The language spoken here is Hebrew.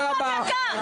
תודה רבה.